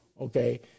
Okay